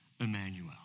Emmanuel